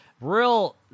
real